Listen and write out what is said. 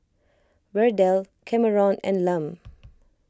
Verdell Kameron and Lum